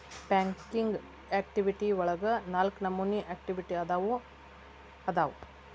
banking activity ಒಳಗ ನಾಲ್ಕ ನಮೋನಿ ಆಕ್ಟಿವಿಟಿ ಅದಾವು ಅದಾವು